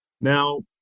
Now